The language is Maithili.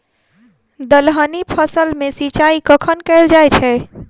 दलहनी फसल मे सिंचाई कखन कैल जाय छै?